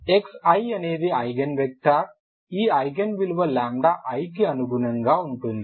Xi అనేది eigenvector ఈ eigen విలువ i కు అనుగుణంగా ఉంటుంది